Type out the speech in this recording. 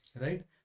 right